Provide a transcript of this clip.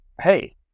hey